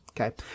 Okay